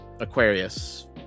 aquarius